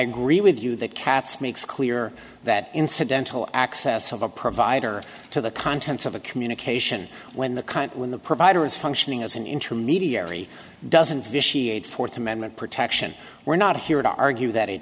agree with you that katz makes clear that incidental access of a provider to the contents of a communication when the kind when the provider is functioning as an intermediary doesn't vitiate fourth amendment protection we're not here to argue that it